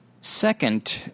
Second